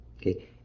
Okay